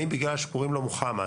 האם בגלל שקוראים לו מוחמד